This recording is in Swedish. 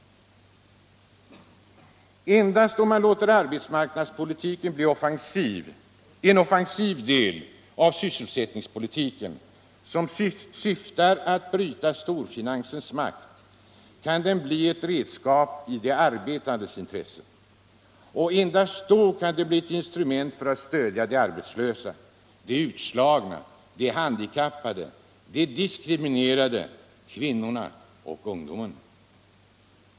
Endast om man låter arbetsmarknadspolitiken bli en offensiv del av sysselsättningspolitiken, som syftar till att bryta storfinansens makt, kan den bli ett redskap i de arbetandes intresse. Endast då kan den bli ett instrument för att stödja de arbetslösa, de utslagna, de handikappade och de diskriminerade - kvinnorna och ungdomarna.